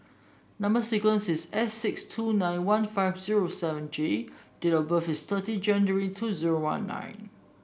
number sequence is S six two nine one five zero seven J and date of birth is thirty January two zero one nine